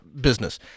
business